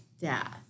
death